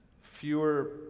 Fewer